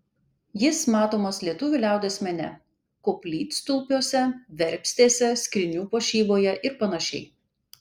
jis matomas lietuvių liaudies mene koplytstulpiuose verpstėse skrynių puošyboje ir panašiai